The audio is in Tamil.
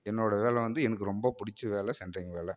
என்னோடய வேலை வந்து எனக்கு ரொம்ப பிடிச்ச வேலை சென்ட்ரிங் வேலை